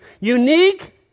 Unique